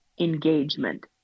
engagement